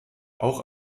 auch